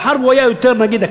מאחר שהוא היה יותר אקטיבי,